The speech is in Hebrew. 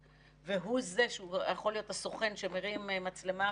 לא הוצגו סרטים שמראים את ערוץ הטלוויזיה של החמאס